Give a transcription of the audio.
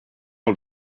all